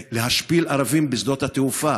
להשפיל ערבים בשדות התעופה?